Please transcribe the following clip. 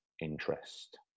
interest